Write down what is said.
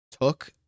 took